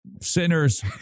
Sinners